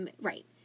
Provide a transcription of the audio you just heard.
Right